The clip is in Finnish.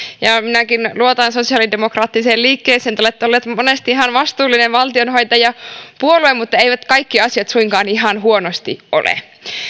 ja minäkin luotan sosiaalidemokraattiseen liikkeeseen te olette olleet monesti ihan vastuullinen valtionhoitajapuolue mutta eivät kaikki asiat suinkaan ihan huonosti ole